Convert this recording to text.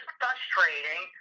frustrating